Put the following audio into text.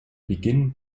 beginn